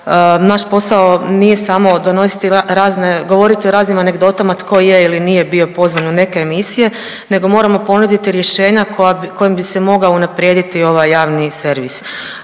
samo donositi razne, govoriti o raznim anegdotama tko je ili nije bio pozvan u neke emisije nego moramo ponuditi rješenja kojim bi se mogao unaprijediti ovaj javni servis.